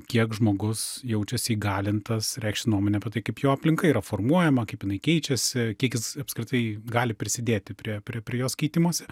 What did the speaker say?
kiek žmogus jaučiasi įgalintas reikšti nuomonę apie tai kaip jo aplinka yra formuojama kaip jinai keičiasi kiek jis apskritai gali prisidėti prie prie prie jos keitimosi